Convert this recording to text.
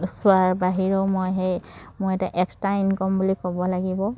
চোৱাৰ বাহিৰেও মই সেই মই এটা এক্সট্ৰা ইনকম বুলি ক'ব লাগিব